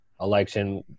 election